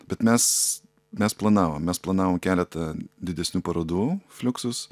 bet mes mes planavom mes planavom keletą didesnių parodų fliuksus